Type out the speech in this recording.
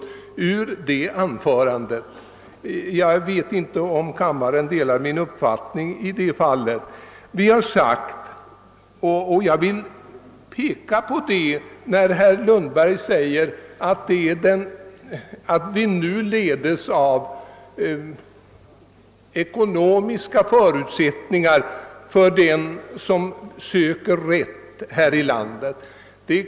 Jag tror att kammaren delar min uppfattning i detta avseende. Herr Lundberg framhåller att den som söker sin rätt här i landet blir beroende av de ekonomiska förutsättningarna.